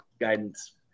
guidance